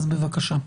אז בבקשה.